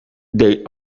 they